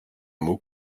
mot